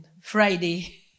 Friday